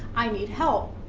i need help.